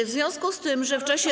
W związku z tym, że w czasie.